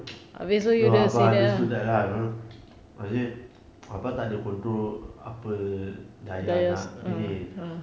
abah understood that lah I said abah tak boleh control apa dayah nak ini